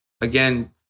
again